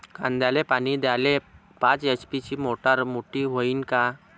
कांद्याले पानी द्याले पाच एच.पी ची मोटार मोटी व्हईन का?